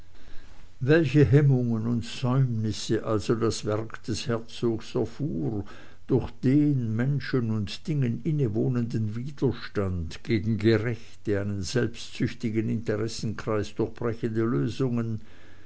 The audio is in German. welche hemmungen und säumnisse also das werk des herzogs erfuhr durch den menschen und dingen inwohnenden widerstand gegen gerechte einen selbstsüchtigen interessenkreis durchbrechende lösungen